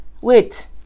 wait